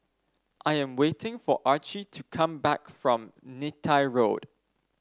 I am waiting for Archie to come back from Neythai Road